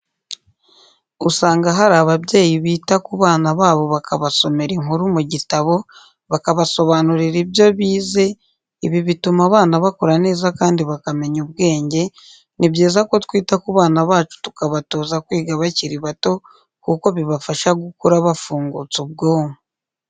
Usanga hari ababyeyi bita kubana babo bakabasomera inkuru mu gitabo, bakabasobanurira ibyo bize, ibi bituma abana bakura neza kandi bakamenya ubwenge, ni byiza ko twita ku bana bacu tukabatoza kwiga bakiri bato kuko bibafasha gukura bafungutse ubwonko.